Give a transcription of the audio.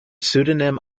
pseudonym